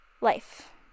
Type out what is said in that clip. life